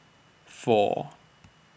four